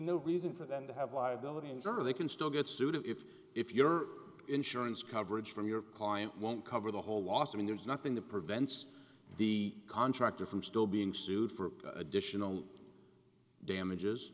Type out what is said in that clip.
no reason for them to have liability insurer they can still get sued if if your insurance coverage from your client won't cover the whole loss i mean there's nothing that prevents the contractor from still being sued for additional damages